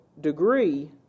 degree